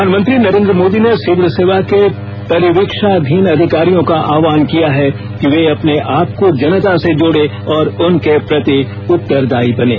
प्रधानमंत्री नरेन्द्र मोदी ने सिविल सेवा के परिवीक्षाधीन अधिकारियों का अह्वान किया है कि वे अपने आप को जनता से जोड़े और उनके प्रति उत्तरदायी बनें